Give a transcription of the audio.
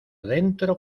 dentro